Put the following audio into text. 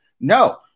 No